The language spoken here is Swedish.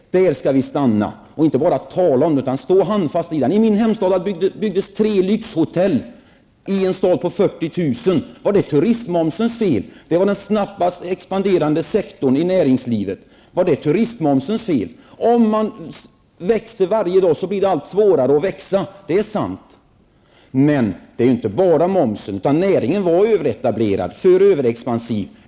Där skall vi stanna. Vi skall inte bara tala om verkligheten, utan stå stadigt i den. I min hemstad byggdes tre lyxhotell, detta i en stad med dryga 40 000 invånare. Var det turistmomsens fel? Detta var den snabbast expanderande sektorn i näringslivet. Var det turistmomsens fel? Om man växer varje dag blir det allt svårare att växa, det är sant. Men det är inte bara momsen det är fråga om, utan näringen var överetablerad och för expansiv.